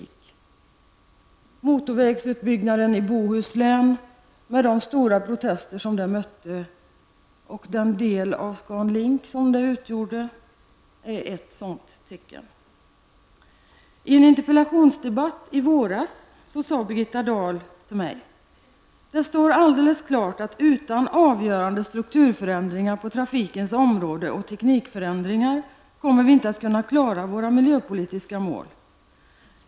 Ett tecken på detta är motorvägsutbyggnaden i Bohuslän -- som möttes av starka protester -- och den del av I en interpellationsdebatt i våras sade Birgitta Dahl: ''Det står alldeles klart att utan avgörande strukturförändringar på trafikens område och teknikförändringar kommer vi inte att kunna klara våra miljöpolitiska mål.